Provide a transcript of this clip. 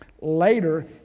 Later